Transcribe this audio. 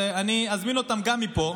ואני אזמין אותם גם מפה,